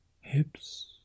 hips